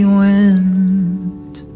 went